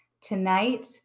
tonight